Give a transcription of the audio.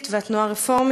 המסורתית והתנועה הרפורמית,